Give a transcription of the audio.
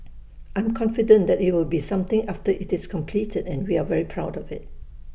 I'm confident that IT will be something after IT is completed and we are very proud of IT